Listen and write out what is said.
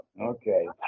Okay